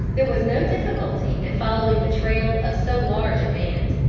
there was no difficulty in following the trail of so large a band,